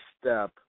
step